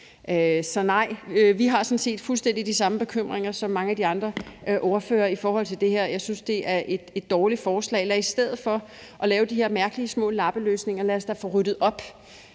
Så nej, vi har sådan set fuldstændig de samme bekymringer som mange af de andre ordførere i forhold til det her. Jeg synes, det er et dårligt forslag. Lad os i stedet for at lave de her mærkelige små lappeløsninger få ryddet op